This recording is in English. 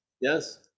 yes